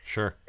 Sure